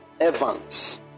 Evans